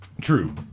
True